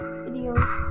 videos